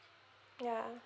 ya